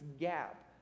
gap